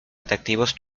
atractivos